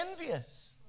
envious